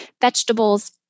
vegetables